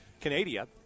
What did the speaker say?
Canada